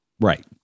Right